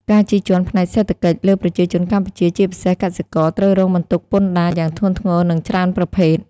ការជិះជាន់ផ្នែកសេដ្ឋកិច្ច លើប្រជាជនកម្ពុជា ជាពិសេស កសិករ ត្រូវរងបន្ទុកពន្ធដារយ៉ាងធ្ងន់ធ្ងរ និងច្រើនប្រភេទ។